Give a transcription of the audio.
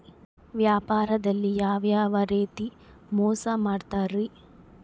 ವ್ಯಾಪಾರದಲ್ಲಿ ಯಾವ್ಯಾವ ರೇತಿ ಮೋಸ ಮಾಡ್ತಾರ್ರಿ?